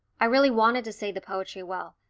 i really wanted to say the poetry well,